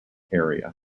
area